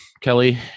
Kelly